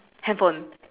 handphone